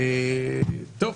טוב.